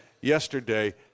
yesterday